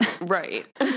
Right